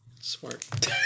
smart